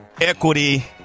equity